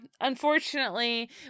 Unfortunately